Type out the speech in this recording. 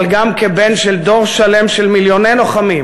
אבל כבן של דור שלם של מיליוני לוחמים